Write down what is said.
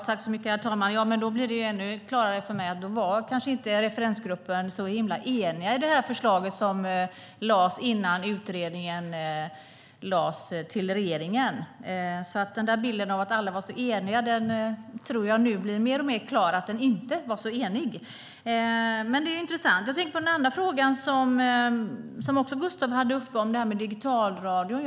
Herr talman! Då blir det ännu klarare för mig att referensguppen inte var så enig i förslaget som lades fram innan utredningen lämnades över till regeringen. Det framstår som att bilden av att alla var så eniga egentligen innebar att alla inte var så eniga. Det är intressant. Jag tänker på den andra frågan som Gustaf Hoffstedt också hade uppe om digitalradion.